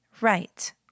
Right